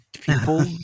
people